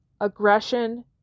aggression